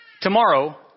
tomorrow